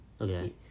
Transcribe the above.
Okay